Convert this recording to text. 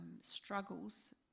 struggles